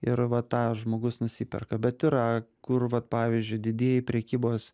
ir va tą žmogus nusiperka bet yra kur vat pavyzdžiui didieji prekybos